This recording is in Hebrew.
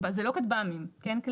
כטב"מים, כן?